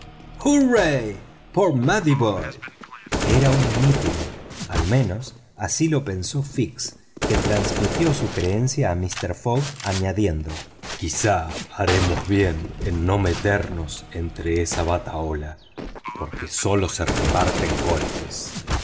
era un mitin al menos así lo pensó fix que transmitió su creencia a mister fogg añadiendo quizá haremos bien en no meternos entre esa batahola porque sólo se reparten golpes